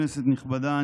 כנסת נכבדה,